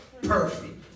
Perfect